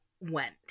went